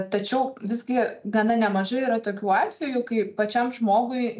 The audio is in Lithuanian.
tačiau visgi gana nemažai yra tokių atvejų kai pačiam žmogui